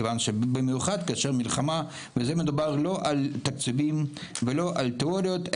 במיוחד כאשר יש מלחמה וזה לא מדובר על תקציבים ועל תאוריות,